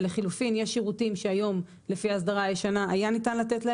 ולחלופין יש שירותים שהיום לפי האסדרה הישנה היה ניתן לתת לה